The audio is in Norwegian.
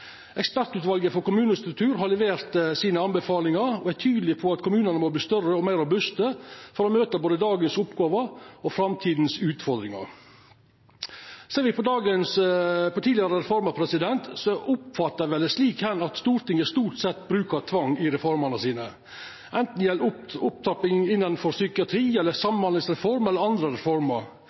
Ekspertutvalet for kommunestruktur har levert sine anbefalingar, og er tydeleg på at kommunane må verta større og meir robuste for å møta både dagens oppgåver og framtidas utfordringar. Ser me på tidlegare reformer, oppfattar eg det vel slik at Stortinget stort sett bruker tvang i reformene sine, anten det gjeld opptrapping innanfor psykiatri, samhandlingsreform eller andre